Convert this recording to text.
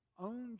own